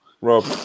Rob